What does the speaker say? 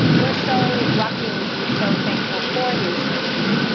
we're so lucky and we should be so thankful for these things,